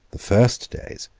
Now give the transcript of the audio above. the first days,